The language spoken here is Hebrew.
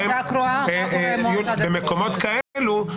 במקומות כאלו,